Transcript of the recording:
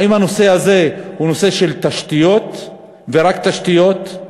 האם הנושא הזה הוא נושא של תשתיות ורק תשתיות?